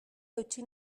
eutsi